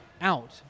out